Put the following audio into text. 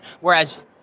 whereas